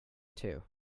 too